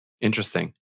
Interesting